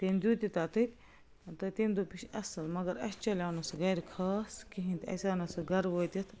تٔمۍ دیُت تہٕ دوٚپ یہِ چھُ اَصٕل مگر اَسہِ چَلیو نہٕ سُہ گَرِ خاص کِہیٖنۍ تہِ اَسہِ آو نہٕ سُہ گَرٕ وٲتتھ